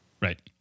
right